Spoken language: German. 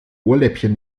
ohrläppchen